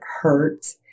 hurt